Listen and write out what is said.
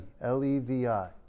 L-E-V-I